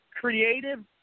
creative